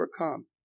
overcome